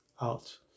out